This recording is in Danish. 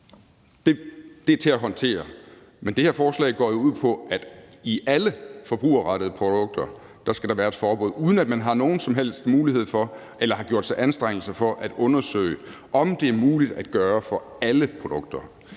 Det er til at håndtere. Men det her forslag går jo ud på, at der skal gælde et forbud i forhold til alle forbrugerrettede produkter, uden at man har nogen som helst mulighed for eller har gjort sig anstrengelser for at undersøge, om det er muligt at gøre det for alle produkter.